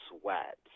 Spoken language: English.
sweat